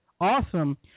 awesome